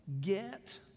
get